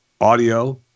audio